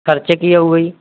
ਖਰਚਾ ਕੀ ਆਊਗਾ ਜੀ